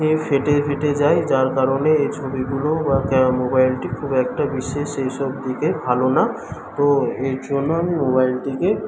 ফেটে ফেটে যায় যার কারণে এই ছবিগুলো মোবাইলটি খুব একটা বিশেষ এই সব দিকে ভালো না তো এর জন্য আমি মোবাইলটিকে